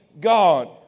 God